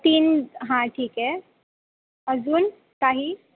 तीन हां ठीक आहे अजून काही